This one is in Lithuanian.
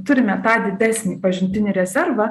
turime tą didesnį pažintinį rezervą